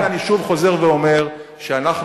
לכן אני שוב חוזר ואומר שאנחנו,